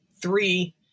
three